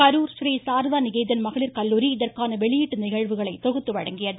கரூர் றீ சாரதா நிகேதன் மகளிர் கல்லூரி இதற்கான வெளியீட்டு நிகழ்வுகளை தொகுத்து வழங்கியது